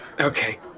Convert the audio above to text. Okay